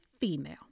female